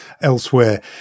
elsewhere